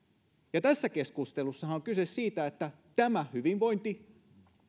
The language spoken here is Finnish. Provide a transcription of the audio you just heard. ja tässä keskustelussahan on kyse siitä että tämä hyvinvointi